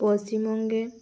পশ্চিমবঙ্গে